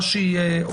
כן, אשי.